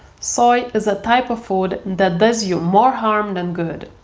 soy is a type of food that does you more harm than good.